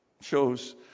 shows